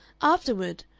afterward,